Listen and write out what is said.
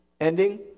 ending